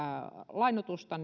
lainoitusta